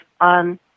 on